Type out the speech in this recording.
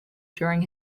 during